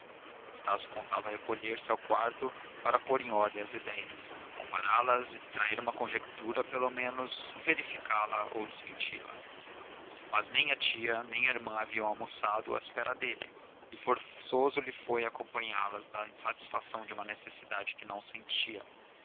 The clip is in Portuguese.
reconciliação estácio contava recolher-se ao quarto para pôr em ordem as idéias compará las extrair uma conjetura pelo menos e verificá la ou desmenti la mas nem a tia nem a irmã haviam almoçado à espera dele e forçoso lhe foi acompanhá-las na satisfação de uma necessidade que não sentia